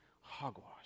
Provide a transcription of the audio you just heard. Hogwash